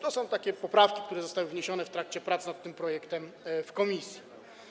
To są poprawki, które zostały wniesione w trakcie prac nad tym projektem w komisji.